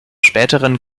späteren